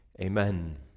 Amen